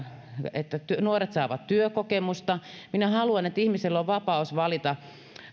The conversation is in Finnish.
että nuoret saavat työkokemusta minä haluan että ihmisellä on vapaus valita